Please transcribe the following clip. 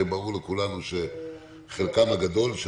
הרי ברור לכולנו שחלקן הגדול של